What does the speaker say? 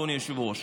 אדוני היושב-ראש,